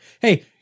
Hey